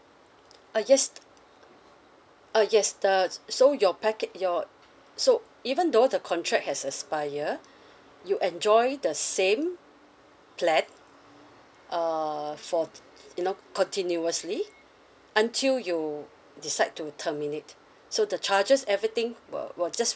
uh yes uh yes the so your package your so even though the contract has expired you enjoy the same plan mm uh for you know continuously until you decide to terminate so the charges everything will just